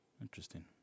Interesting